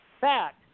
fact